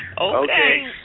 Okay